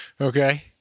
Okay